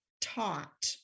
taught